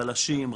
בלשים,